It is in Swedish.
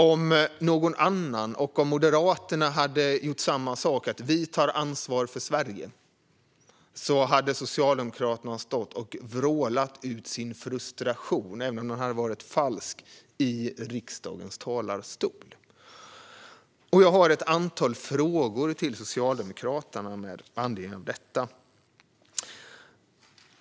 Om någon annan och om Moderaterna hade gjort samma sak och sagt att vi tar ansvar för Sverige på detta sätt hade socialdemokrater stått och vrålat ut sin frustration, även om den hade varit falsk, i riksdagens talarstol. Jag har ett antal frågor till er socialdemokrater här med anledning av detta.